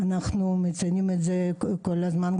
שאת זה אנחנו מציינים כל הזמן,